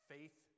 Faith